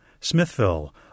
Smithville